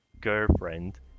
girlfriend